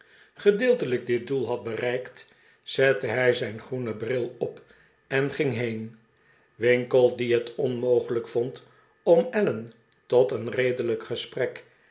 gedceltelijk dit doel had bereikt zette hij zijn groenen bril op en ging heen winkle die het onmogelijk vond om allen tot een redelijk gesprek